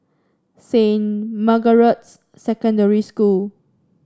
Saint Margaret's Secondary School